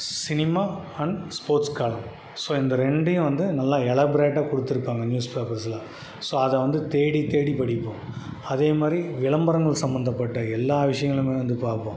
cinema and sports காலம் so இந்த ரெண்டையும் வந்து நல்லா எளாப்ரேட்டாக கொடுத்துருப்பாங்க நியூஸ் பேப்பர்ஸ்சில் ஸோ அதை வந்து தேடித்தேடி படிப்போம் அதேமாதிரி விளம்பரங்கள் சம்பந்தப்பட்ட எல்லா விஷயங்களுமே வந்து பார்ப்போம்